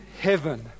heaven